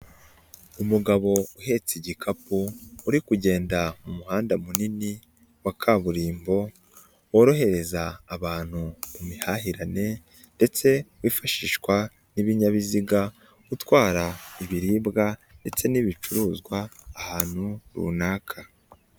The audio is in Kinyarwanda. Umugabo uhetse igikapu uri kugenda mu muhanda munini wa kaburimbo, worohereza abantu imihahirane ndetse wifashishwa n'ibinyabiziga, gutwara ibiribwa ndetse n'ibicuruzwa ahantu runaka.